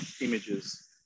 images